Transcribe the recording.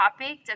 topic